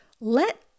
Let